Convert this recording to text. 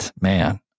man